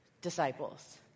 disciples